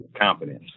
Confidence